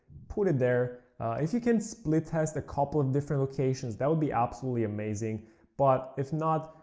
put it there if you can split test a couple of different locations, that would be absolutely amazing but if not,